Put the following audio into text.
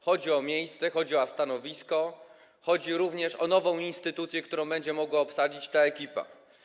Chodzi o miejsce, chodzi o stanowisko, chodzi również o nową instytucję, którą będzie mogła obsadzić ta ekipa.